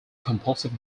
compulsive